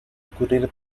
ocurrir